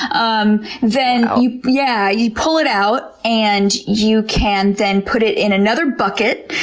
um then yeah you pull it out and you can then put it in another bucket.